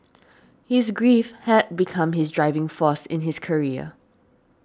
his grief had become his driving force in his career